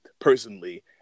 personally